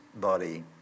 body